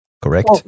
Correct